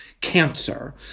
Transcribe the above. cancer